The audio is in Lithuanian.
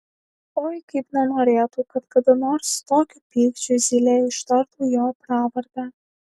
oi kaip nenorėtų kad kada nors su tokiu pykčiu zylė ištartų jo pravardę